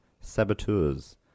saboteurs